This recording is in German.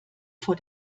vor